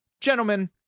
Gentlemen